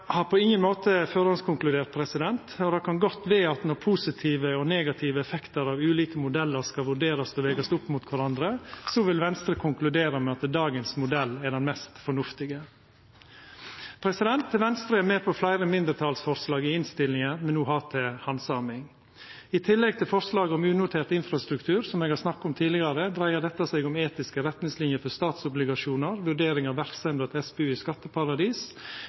har på ingen måte førehandskonkludert. Det kan godt vera at når positive og negative effektar av ulike modellar skal vurderast og vegast opp mot kvarandre, vil Venstre konkludera med at dagens modell er den mest fornuftige. Venstre er med på fleire mindretalsforslag i innstillinga me no har til handsaming. I tillegg til forslaget om unotert infrastruktur, som eg har snakka om tidlegare, dreiar dette seg om etiske retningsliner for statsobligasjonar, vurdering av verksemda til SPU i skatteparadis,